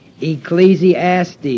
ecclesiastes